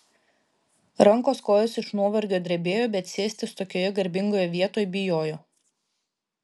rankos kojos iš nuovargio drebėjo bet sėstis tokioje garbingoje vietoj bijojo